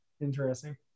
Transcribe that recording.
interesting